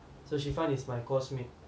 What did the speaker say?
so shefun is my coursemate